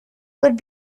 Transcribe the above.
would